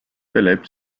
philip